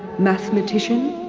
mathematician,